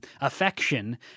affection